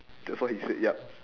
that's what he said yup